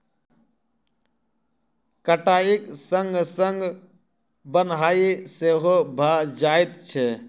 कटाइक संग संग बन्हाइ सेहो भ जाइत छै